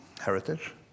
heritage